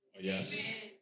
Yes